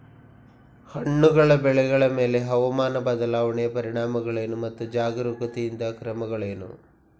ಹಣ್ಣು ಬೆಳೆಗಳ ಮೇಲೆ ಹವಾಮಾನ ಬದಲಾವಣೆಯ ಪರಿಣಾಮಗಳೇನು ಮತ್ತು ಜಾಗರೂಕತೆಯಿಂದ ಕ್ರಮಗಳೇನು?